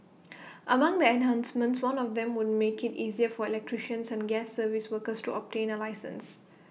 among the enhancements one of them would make IT easier for electricians and gas service workers to obtain A licence